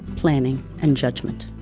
planning, and judgment.